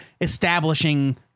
establishing